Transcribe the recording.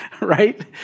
right